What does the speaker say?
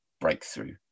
breakthrough